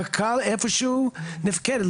קק"ל איפשהו נפקד.